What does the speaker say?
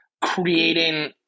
creating